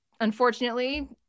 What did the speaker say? unfortunately